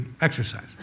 exercise